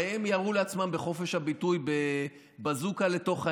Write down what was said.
הרי הם ירו לעצמם בחופש הביטוי בבזוקה לתוך העיניים.